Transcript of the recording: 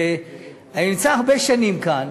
אני נמצא הרבה שנים כאן.